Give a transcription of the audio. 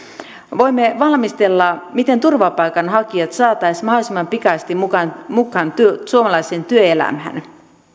voimme valmistella miten turvapaikanhakijat saataisiin mahdollisimman pikaisesti mukaan mukaan suomalaiseen työelämään